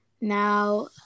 Now